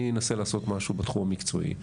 אני אנסה לעשות משהו בתחום המקצועי,